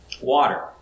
Water